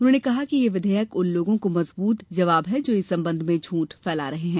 उन्होंने कहा कि यह विधेयक उन लोगों को मजबूत जवाब है जो इस संबंध में झूठ फैला रहे हैं